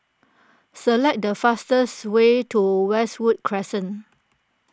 select the fastest way to Westwood Crescent